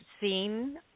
Seen